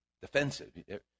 defensive